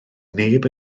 neb